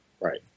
Right